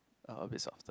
uh a bit softer